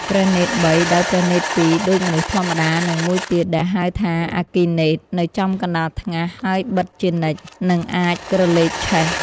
ព្រះនេត្រ៣ ដោយព្រះនេត្រ ២ ដូចមនុស្សធម្មតា និង ១ ទៀតដែលហៅថាអគ្គីនេត្រ នៅចំកណ្តាលថ្ងាស ហើយបិទជានិច្ច និងអាចក្រឡេកឆេះ។